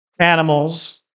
animals